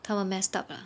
他们 messed up lah